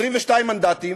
22 מנדטים,